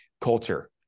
Culture